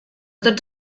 tots